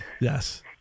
Yes